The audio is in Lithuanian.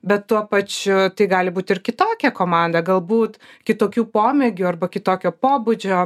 bet tuo pačiu tai gali būti ir kitokia komanda galbūt kitokių pomėgių arba kitokio pobūdžio